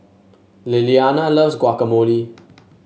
Lilliana loves Guacamole